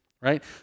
right